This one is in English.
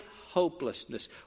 hopelessness